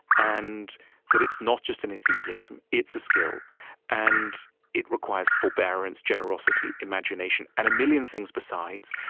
and that it's not just an enthusiasm it's a skill and it requires forbearance, generosity, imagination, and a million things besides.